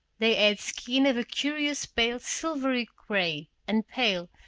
they had skin of a curious pale silvery gray, and pale,